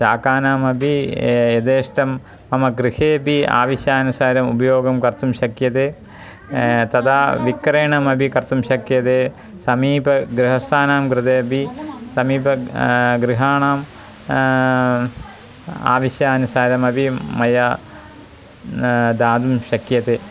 शाकानामपि यथेष्टं मम गृहेपि आवश्यानुसारम् उपयोगं कर्तुं शक्यते तदा विक्रयणमपि कर्तुं शक्यते समीपगृहस्थानां कृतेपि समीपे गृहाणां आवश्यानुसारमपि मया दातुं शक्यते